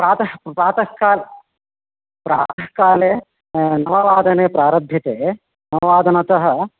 प्रातः प्रातःकाल प्रातःकाले नववादने प्रारभ्यते नववादनतः